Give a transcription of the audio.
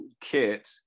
kit